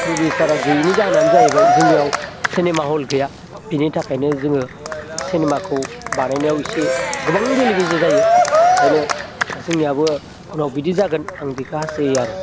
प्रडिउसारा गैयैनि जाहोनानो जाहैबाय जोंनियाव सिनेमा हल गैया बिनि थाखायनो जोङो सिनेमाखौ बानायनायाव एसे गोबां बेले बेजे जायो ओंखायनो जोंनियाबो उनाव बिदि जागोन आं बेखो हासथायो आरो